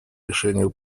решению